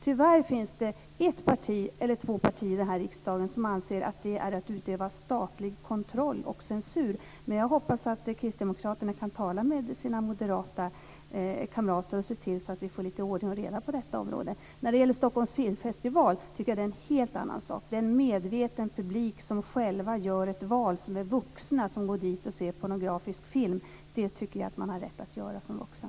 Tyvärr finns det två partier i riksdagen som anser att detta är att utöva statlig kontroll och censur, men jag hoppas att kristdemokraterna kan tala med sina moderata kamrater och se till att vi får ordning och reda på detta område. När det gäller Stockholms filmfestival är det en helt annan sak. Det är en medveten publik, som själv gör ett val, som är vuxen och som går dit och ser pornografisk film. Jag tycker att man har rätt att göra det som vuxen.